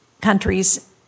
countries